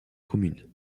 commune